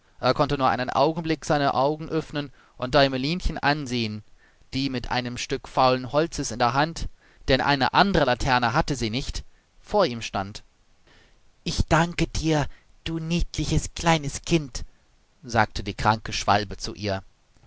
er konnte nur einen augenblick seine augen öffnen und däumelinchen ansehen die mit einem stück faulen holzes in der hand denn eine andere laterne hatte sie nicht vor ihm stand ich danke dir du niedliches kleines kind sagte die kranke schwalbe zu ihr